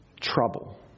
trouble